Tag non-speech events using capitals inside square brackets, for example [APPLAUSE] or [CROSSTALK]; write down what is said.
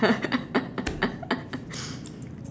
[LAUGHS]